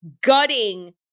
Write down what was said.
gutting